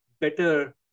better